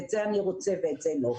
את זה אני רוצה ואת זה לא.